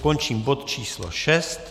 Končím bod číslo 6.